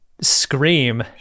scream